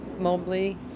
Mobley